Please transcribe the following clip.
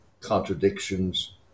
contradictions